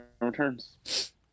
Returns